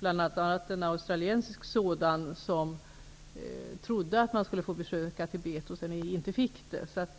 bl.a. en australiensisk sådan, som trodde att man skulle få besöka Tibet men sedan inte fick göra det.